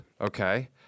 Okay